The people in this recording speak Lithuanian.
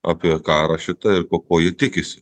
apie karą šitą ir ko ko jie tikisi